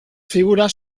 figuras